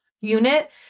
unit